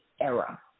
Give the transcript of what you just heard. era